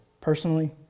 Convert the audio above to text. Personally